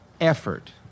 effort